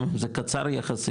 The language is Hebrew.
גם אם זה קצר יחסית,